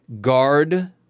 guard